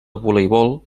voleibol